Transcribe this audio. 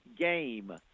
game